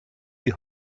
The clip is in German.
die